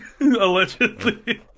Allegedly